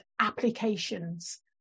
applications